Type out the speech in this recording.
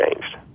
changed